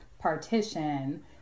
Partition